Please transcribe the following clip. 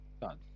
done